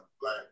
black